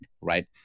right